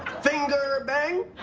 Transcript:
finn gurbang